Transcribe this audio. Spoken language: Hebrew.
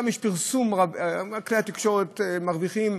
וגם יש פרסום רב, כלי התקשורת מרוויחים,